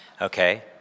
Okay